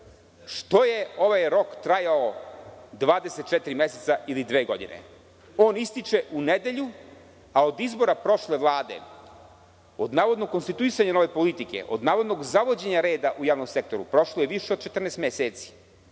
Što je ovaj rok trajao 24 meseca ili dve godine? On ističe u nedelju, a od izbora prošle Vlade, od navodno konstituisanja nove politike, od navodnog zavođenja reda u javnom sektoru prošlo je više od 14 meseci.